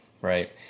Right